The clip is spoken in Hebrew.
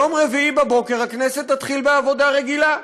ביום רביעי בבוקר הכנסת תתחיל בעבודה רגילה: